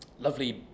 lovely